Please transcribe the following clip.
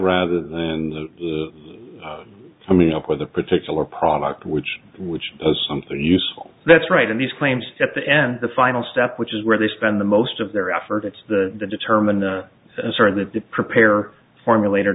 rather than coming up with a particular product which which is something useful that's right and these claims at the end the final step which is where they spend the most of their effort it's the determined sort of to prepare formulate